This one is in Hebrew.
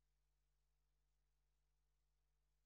אין מתנגדים, אין